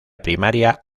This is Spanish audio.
primaria